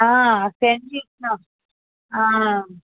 ఆ సెండ్ చేస్తాము ఆ